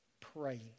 praying